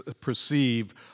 perceive